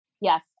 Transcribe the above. Yes